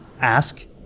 ask